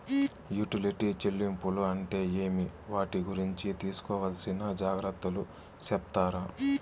Utility చెల్లింపులు అంటే ఏమి? వాటి గురించి తీసుకోవాల్సిన జాగ్రత్తలు సెప్తారా?